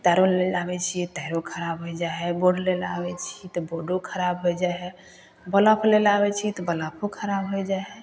तारो लैलए आबै छिए तारो खराब हो जाइ हइ बोर्ड लैलए आबै छिए तऽ बोर्डो खराब हो जाइ हइ बलब लैलए आबै छिए तऽ बलबो खराब हो जाइ हइ